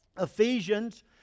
Ephesians